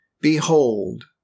Behold